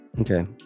Okay